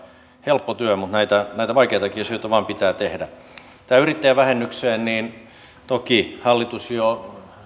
helppo työ mutta näitä vaikeitakin asioita vain pitää tehdä tähän yrittäjävähennykseen toki hallitus jo